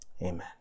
Amen